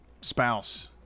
Spouse